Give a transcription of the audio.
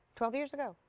twelve years ago.